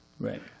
Right